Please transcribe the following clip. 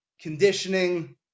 conditioning